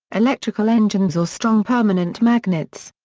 electrical engines or strong permanent magnets.